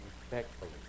respectfully